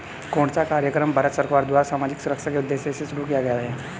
कौन सा कार्यक्रम भारत सरकार द्वारा सामाजिक सुरक्षा के उद्देश्य से शुरू किया गया है?